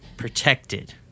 Protected